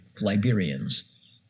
Liberians